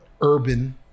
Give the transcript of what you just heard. urban